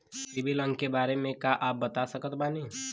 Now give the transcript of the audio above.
CIBIL अंक के बारे मे का आप बता सकत बानी?